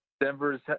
Denver's